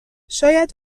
شاید